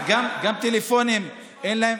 גם טלפונים אין להם,